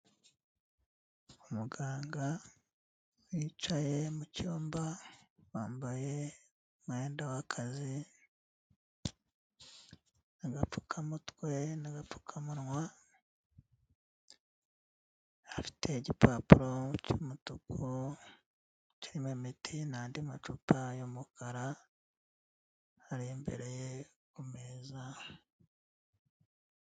Umuganga wicaye mucyumba bambaye umwenda w'akazi agapfukamutwe n'agapfukamunwa, afite igipapuro cy'umutuku cyirimo imiti n'andi macupa y'umukara arembereye kumeza.